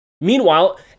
Meanwhile